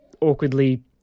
awkwardly